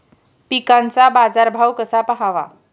पिकांचा बाजार भाव कसा पहावा?